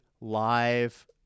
live